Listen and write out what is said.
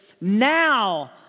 now